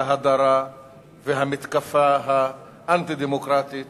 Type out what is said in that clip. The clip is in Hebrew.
ההדרה והמתקפה האנטי-דמוקרטית